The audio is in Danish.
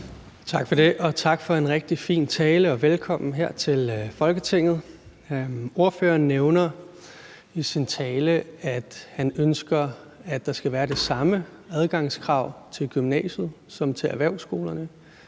Tak for det, og tak for en rigtig fin tale, og velkommen her til Folketinget. Ordføreren nævner i sin tale, at han ønsker, at der skal være det samme adgangskrav til gymnasiet som til erhvervsskolerne.